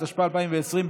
התשפ"א 2020,